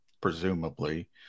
presumably